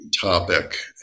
topic